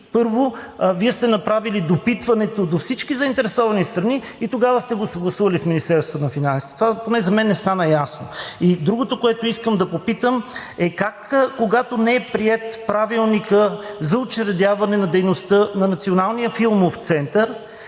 първо Вие сте направили допитването до всички заинтересовани страни и тогава сте го съгласували с Министерството на финансите? Това поне за мен не стана ясно. И другото, което искам да попитам: как, когато не е приет Правилникът за учредяване на дейността на